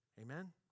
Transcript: Amen